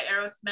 Aerosmith